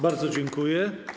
Bardzo dziękuję.